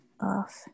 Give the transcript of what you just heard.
off